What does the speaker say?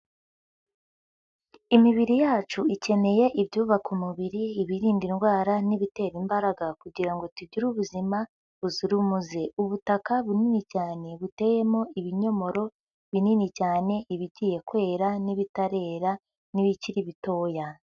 Imibiri yacu ikeneye ibyubaka umubiri, ibirinda indwara, n'ibitera imbaraga kugira ngo tugire ubuzima buzira umuze. Ubutaka bunini cyane buteyemo ibinyomoro binini cyane, ibigiye kwera, n’ibitarera, n’ibikiri bitoya.